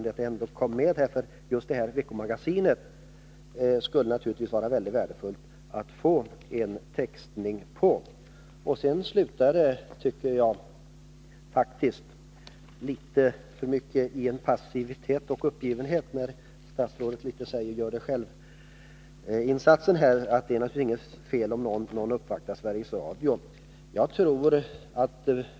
Det är hedrande att detta kommer med, för det skulle naturligtvis vara mycket värdefullt att få just detta veckomagasin textat. Jag tycker faktiskt att svaret slutar i litet för mycket passivitet och uppgivenhet, när statsrådet talar om insatser av invandrarna själva och säger att det naturligtvis inte är fel om någon uppvaktar Sveriges Radio.